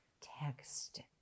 text